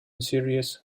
series